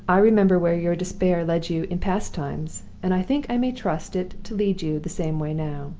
i remember where your despair led you in past times and i think i may trust it to lead you the same way now.